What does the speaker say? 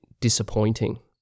disappointing